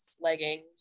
leggings